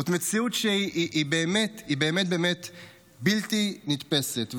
זאת מציאות שהיא באמת בלתי נתפסת.